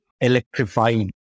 electrifying